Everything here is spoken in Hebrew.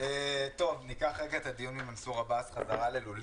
נחזור ללולים.